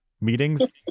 meetings